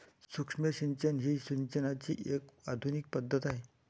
सूक्ष्म सिंचन ही सिंचनाची एक आधुनिक पद्धत आहे